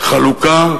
חלוקה